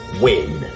win